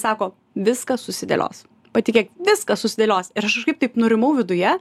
sako viskas susidėlios patikėk viskas susidėlios ir aš kažkaip taip nurimau viduje